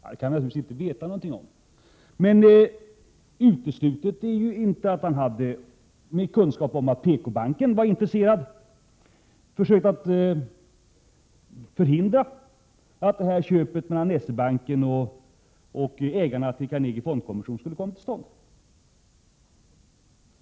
Ja, det kan vi naturligtvis inte veta någonting om, men uteslutet är inte att finansministern, med vetskap om att PKbanken var intresserad, försökt förhindra att affären mellan S-E-Banken och Carnegie Fondkommission skulle komma till stånd.